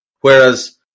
Whereas